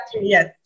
yes